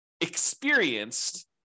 experienced